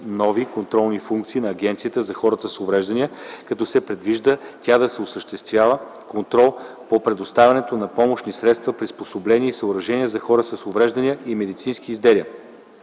нови контролни функции на Агенцията за хората с увреждания, като се предвижда тя да осъществява контрол по предоставянето на помощни средства, приспособления и съоръжения за хората с увреждания и медицински изделия,